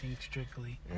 strictly